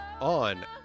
on